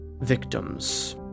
victims